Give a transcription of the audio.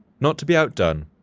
not to be outdone,